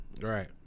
Right